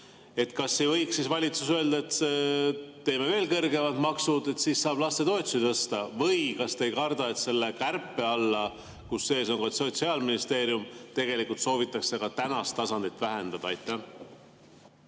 Kas ei võiks valitsus öelda, et teeme veel kõrgemad maksud, siis saab lastetoetusi tõsta? Või kas te ei karda, et selle kärpe all, kus sees on ka Sotsiaalministeerium, tegelikult soovitakse ka tänast taset vähendada?